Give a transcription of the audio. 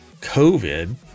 COVID